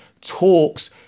talks